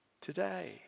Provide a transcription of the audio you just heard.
today